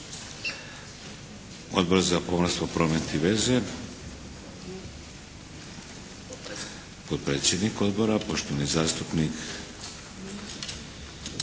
Odbor za pomorstvo, promet i veze. Potpredsjednik Odbora poštovani zastupnik